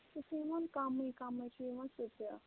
سُہ چھُ یِوان کَمٕے کَمٕے چھُ یِوان سُہ تہِ